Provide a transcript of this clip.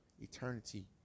eternity